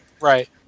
Right